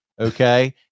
Okay